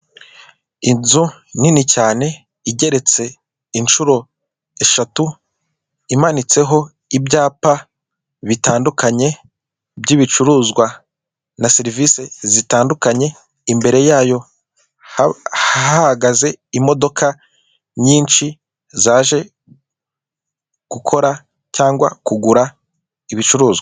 Inzu nini cyane igeretse inshuro eshatu, imanitseho ibyapa bitandukanye by'ibicuruzwa na serivisi zitandukanye, imbere yayo hahagaze imodoka nyinshi zaje gukora cyangwa kugura ibicuruzwa.